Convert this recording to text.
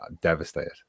devastated